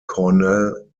cornell